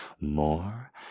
More